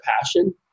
passion